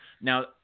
Now